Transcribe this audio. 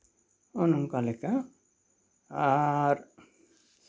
ᱚᱱᱟ ᱞᱮᱠᱟ ᱟᱨ